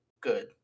good